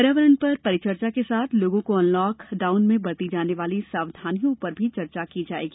पर्यावरण पर परिचर्चा के साथ लोगों को अनलॉक डाउन में बरती जाने वाली सावधानी पर भी चर्चा की जाएगी